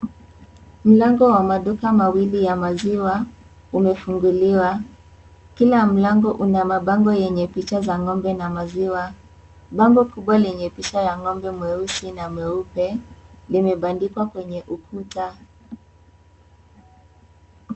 Mlango wa maduka mawili ya maziwa umefunguliwa, kila mlango una mabango yenye picha za ng'ombe na maziwa bango kubwa lenye picha kubwa ya ng'ombe mweusi na mweupe limebandikwa kwenye ukuta.